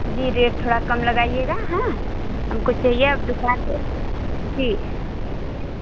जी rate थोड़ा कम लगाइएगा हाँ हमको चाहिए अब दुकान से जी